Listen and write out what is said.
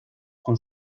con